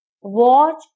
watch